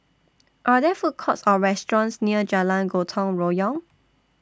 Are There Food Courts Or restaurants near Jalan Gotong Royong